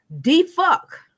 D-fuck